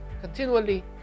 continually